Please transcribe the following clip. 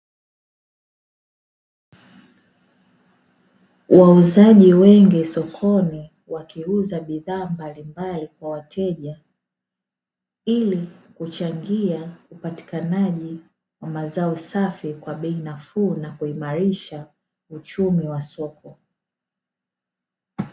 Wauzaji wengi sokoni wakiuza bidhaa mbalimbali kwa wateja, ili kuchangia upatikanaji wa mazao safi kwa bei nafuu na kuimarisha uchumi wa soko.